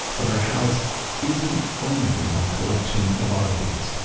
but her house isn't only a collection of oddities.